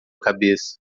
cabeça